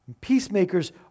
Peacemakers